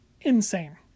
insane